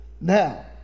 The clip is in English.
Now